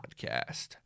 Podcast